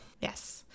Yes